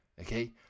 okay